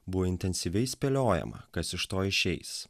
buvo intensyviai spėliojama kas iš to išeis